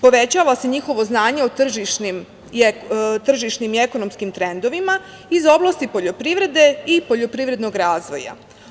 Povećava se njihovo znanje o tržišnim i ekonomskim trendovima iz oblasti poljoprivrede i poljoprivrednog razvoja.